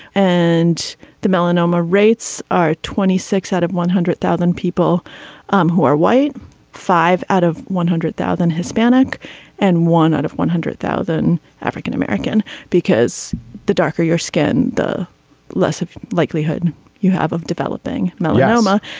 and the melanoma rates are twenty six out of one hundred thousand people um who are white five out of one hundred thousand hispanic and one out of one hundred thousand african-american because the darker your skin the less likelihood you have of developing melanoma.